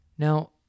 Now